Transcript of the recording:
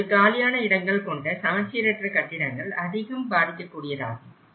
இப்போது காலியான இடங்கள் கொண்ட சமச்சீரற்ற கட்டிடங்கள் அதிகம் பாதிக்கக்கூடியதாகும்